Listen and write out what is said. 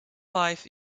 life